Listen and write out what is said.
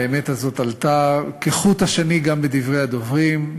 והאמת הזאת עלתה כחוט השני גם בדברי הדוברים: